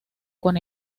con